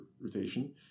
rotation